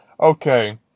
Okay